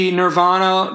nirvana